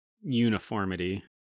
uniformity